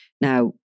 Now